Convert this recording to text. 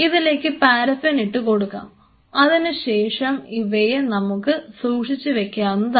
ഇതിലേക്ക് പാരഫിൻ ഇട്ട് കൊടുക്കാം ഇതിനുശേഷം ഇവയെ നമുക്ക് സൂക്ഷിച്ചു വെക്കാവുന്നതാണ്